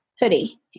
hoodie